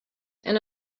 and